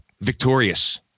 victorious